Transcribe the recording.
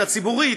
הציבורית,